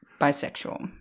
bisexual